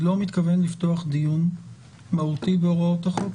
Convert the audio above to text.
שאני לא מתכוון לפתוח דיון מהותי בהוראות החוק,